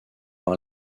par